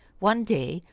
one day,